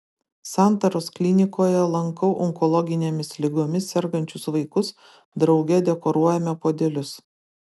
santaros klinikoje lankau onkologinėmis ligomis sergančius vaikus drauge dekoruojame puodelius